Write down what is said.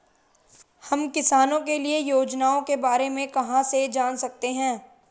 हम किसानों के लिए योजनाओं के बारे में कहाँ से जान सकते हैं?